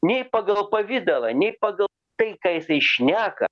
nei pagal pavidalą nei pagal tai ką jisai šneka